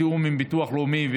בתיאום עם ביטוח לאומי,